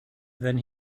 then